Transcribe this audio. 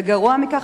וגרוע מכך,